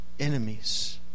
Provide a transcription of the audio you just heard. enemies